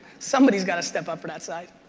somebody's got to step up for that side.